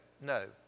No